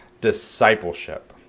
discipleship